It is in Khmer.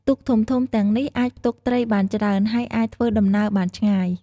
ទូកធំៗទាំងនេះអាចផ្ទុកត្រីបានច្រើន ហើយអាចធ្វើដំណើរបានឆ្ងាយ។